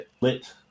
lit